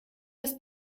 das